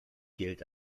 gilt